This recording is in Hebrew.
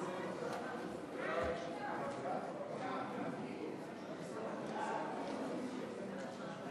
חוק הביטוח הלאומי (תיקון מס' 151),